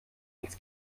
ins